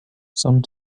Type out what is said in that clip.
some